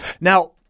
Now